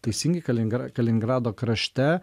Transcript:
teisingai kaliningra kaliningrado krašte